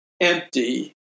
empty